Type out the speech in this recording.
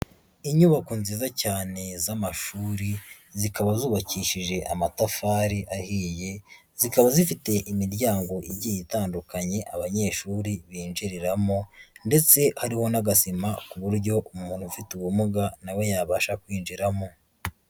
Inyubako nziza cyane z'amashuri, zikaba zubakishije amatafari ahiye, zikaba zifite imiryango igiye itandukanye abanyeshuri binjiriramo, ndetse hariho n'agasima ku buryo umuntu ufite ubumuga na we yabasha kwinjiramo.